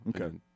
Okay